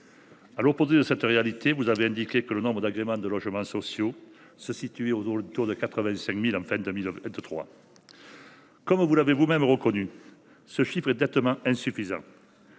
à l’opposé de cette réalité, vous avez indiqué que le nombre d’agréments de logements sociaux se situerait autour de 85 000 en 2023. Comme vous l’avez vous même reconnu, ce nombre est nettement insuffisant.